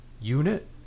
unit